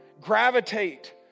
Gravitate